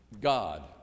God